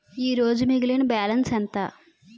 ఈరోజు మిగిలిన బ్యాలెన్స్ ఎంత?